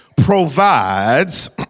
provides